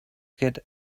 get